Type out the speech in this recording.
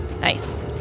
Nice